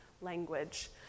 language